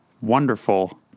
wonderful